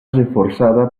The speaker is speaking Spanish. reforzada